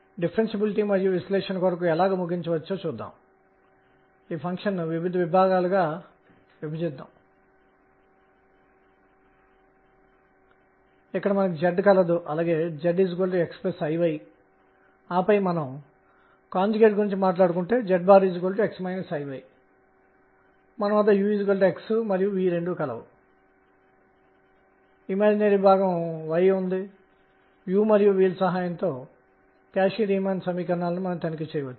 కాబట్టి ఈ వంపు కొత్త క్వాంటం సంఖ్య మరియు అదనపు మూడవ క్వాంటం సంఖ్యను తీసుకురాబోతోంది